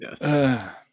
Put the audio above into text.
Yes